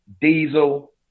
Diesel